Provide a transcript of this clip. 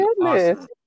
goodness